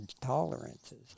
tolerances